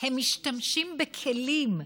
הם משתמשים בכלים,